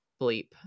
bleep